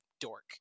dork